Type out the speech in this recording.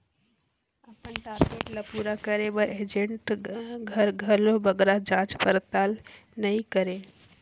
अपन टारगेट ल पूरा करे बर एजेंट हर घलो बगरा जाँच परताल नी करे